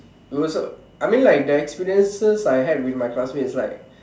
you also I mean like the experiences I had with my classmates like